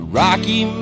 rocky